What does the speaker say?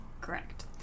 Correct